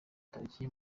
tariki